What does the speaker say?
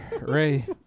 Ray